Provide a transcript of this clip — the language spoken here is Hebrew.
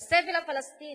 הסבל הפלסטיני